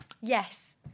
Yes